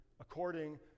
according